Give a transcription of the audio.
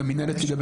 גם מינהלות הליגה.